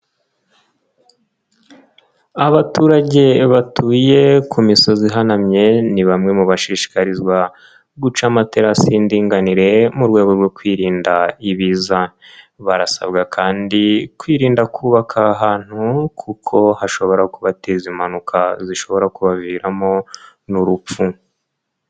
Abaturage batuye ku misozi ihanamye, ni bamwe mu bashishikarizwa guca amaterasi y'indinganire mu rwego rwo kwirinda ibiza. Barasabwa kandi kwirinda kubaka aha hantu kuko hashobora kubateza impanuka zishobora kubaviramo n'urupfu.